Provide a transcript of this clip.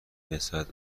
رسد